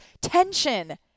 tension